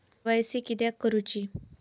KYC किदयाक करूची?